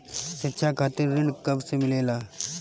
शिक्षा खातिर ऋण कब से मिलेला?